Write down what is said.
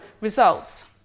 results